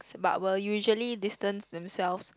but will usually distance themselves